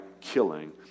killing